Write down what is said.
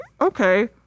okay